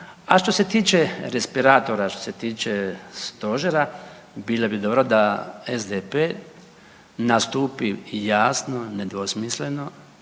A što se tiče respiratora, što se tiče stožera bilo bi dobro da SDP nastupi jasno, nedvosmisleno,